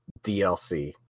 DLC